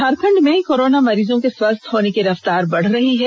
झारखंड में कोरोना मरीजों के स्वस्थ होने की रफ्तार बढ़ रही है